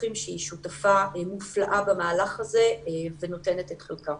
בדרכים שהיא שותפה מופלאה במהלך הזה ונותנת את חלקה